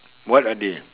what are they